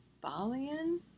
Balian